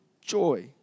joy